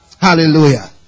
Hallelujah